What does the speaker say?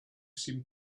seemed